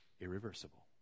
irreversible